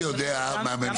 אני יודע מהממשלה,